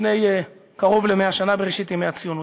לפני קרוב ל-100 שנה בראשית ימי הציונות.